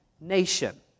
nation